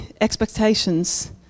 expectations